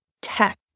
tech